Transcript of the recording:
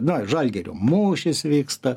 na žalgirio mūšis vyksta